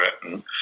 Britain